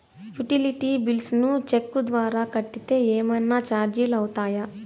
Utility bills ను cheque ద్వారా కట్టితే ఏమన్నా చార్జీలు అవుతాయా?